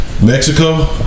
Mexico